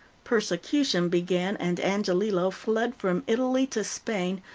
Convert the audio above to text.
persecution began, and angiolillo fled from italy to spain,